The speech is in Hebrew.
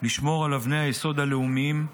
לשמור על אבני היסוד הלאומיות,